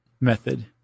method